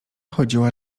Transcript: chodziła